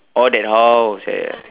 oh that house ya ya